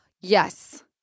Yes